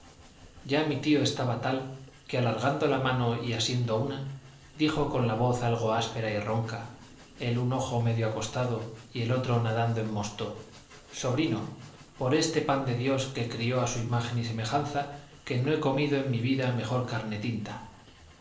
ya mi tío estaba tal que alargando la mano y asiendo una dijo con la voz algo áspera y ronca el un ojo medio acostado y el otro nadando en mosto sobrino por este pan de dios que crió a su imagen y semejanza que no he comido en mi vida mejor carne tinta